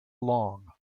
long